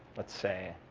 let's say,